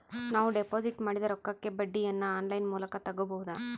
ನಾವು ಡಿಪಾಜಿಟ್ ಮಾಡಿದ ರೊಕ್ಕಕ್ಕೆ ಬಡ್ಡಿಯನ್ನ ಆನ್ ಲೈನ್ ಮೂಲಕ ತಗಬಹುದಾ?